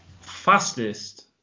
Fastest